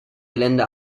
gelände